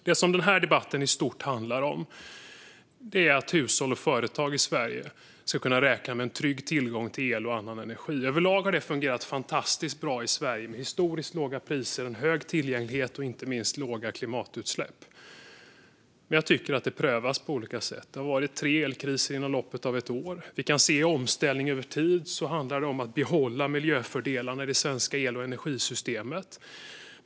Det som den här debatten i stort handlar om är att hushåll och företag i Sverige ska kunna räkna med en trygg tillgång till el och annan energi. Överlag har det fungerat fantastiskt bra i Sverige med historiskt låga priser, en hög tillgänglighet och inte minst låga klimatutsläpp. Men jag tycker att det prövas på olika sätt. Det har varit tre elkriser inom loppet av ett år. Vi kan se att när det gäller omställning över tid handlar det om att behålla miljöfördelarna i det svenska el och energisystemet.